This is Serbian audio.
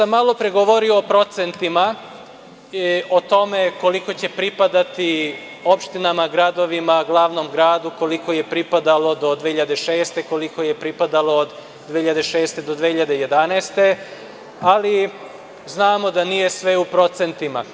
Malo pre sam govorio o procentima i o tome koliko će pripadati opštinama, gradovima, glavnom gradu, koliko je pripadalo do 2006, koliko je pripadalo od 2006. do 2011. godine, ali znamo da nije sve u procentima.